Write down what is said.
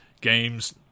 games